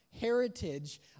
Heritage